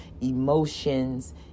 emotions